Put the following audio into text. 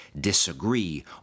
disagree